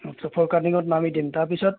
আচ্ছা ফৰকাটিঙত নামি দিম তাৰপিছত